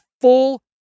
full